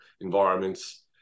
environments